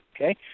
okay